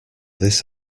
this